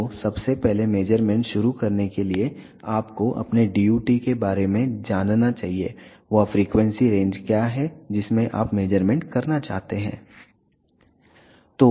तो सबसे पहले मेज़रमेंट शुरू करने के लिए आपको अपने DUT के बारे में जानना चाहिए वह फ्रीक्वेंसी रेंज क्या है जिसमें आप मेज़रमेंट करना चाहते हैं